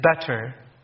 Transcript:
better